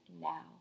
now